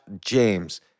James